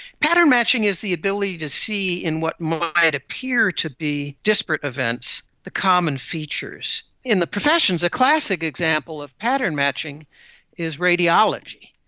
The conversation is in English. pattern matching is the ability to see, in what might appear to be disparate events, common features. in the professions a classic example of pattern matching is radiology.